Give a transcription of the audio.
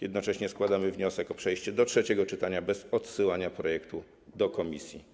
Jednocześnie składamy wniosek o przejście do trzeciego czytania bez odsyłania projektu do komisji.